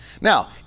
now